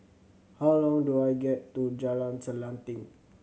how long do I get to Jalan Selanting